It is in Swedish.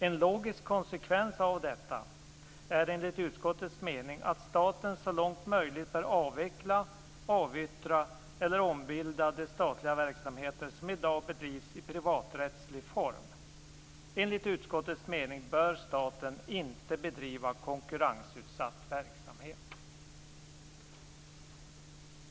En logisk konsekvens av detta är enligt utskottets mening att staten så långt möjligt bör avveckla, avyttra eller ombilda de statliga verksamheter som i dag bedrivs i privaträttslig form. Enligt utskottets mening bör staten - inte bedriva konkurrensutsatt verksamhet."